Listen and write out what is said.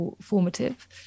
formative